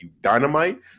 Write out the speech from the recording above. Dynamite